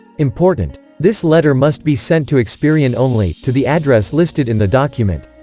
important! this letter must be sent to experian only, to the address listed in the document.